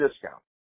discount